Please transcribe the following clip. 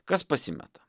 kas pasimeta